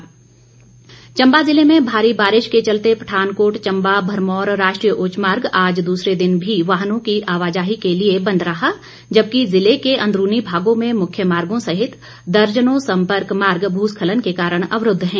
चम्बा बारिश चम्बा जिले में भारी बारिश के चलते पठानकोट चम्बा भरमौर राष्ट्रीय उच्च मार्ग आज दूसरे दिन भी वाहनों की आवाजाही के लिए बंद रहा जबकि जिले के अंदरूनी भागों में मुख्य मार्गो सहित दर्जनों संपर्क मार्ग भूस्खलन के कारण अवरूद्ध हैं